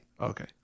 Okay